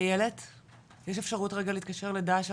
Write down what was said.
איילת יש אפשרות להתקשר לדאשה